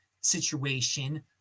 situation